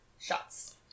shots